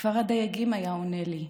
כפר דייגים, היה עונה לי.